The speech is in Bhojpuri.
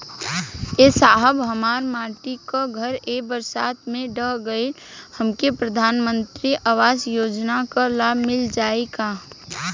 ए साहब हमार माटी क घर ए बरसात मे ढह गईल हमके प्रधानमंत्री आवास योजना क लाभ मिल जाई का?